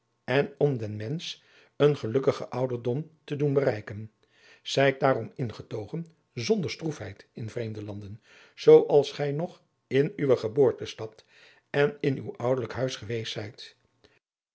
en om den mensch een gelukkigen ouderdom te doen bereiken zijt daarom ingetogen zonder stroefheid in vreemde landen zoo als gij tot nog in uwe geboortestad en in uw ouderlijk huis geweest zijt